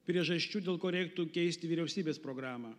priežasčių dėl ko reiktų keisti vyriausybės programą